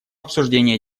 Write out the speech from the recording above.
обсуждение